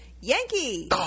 Yankee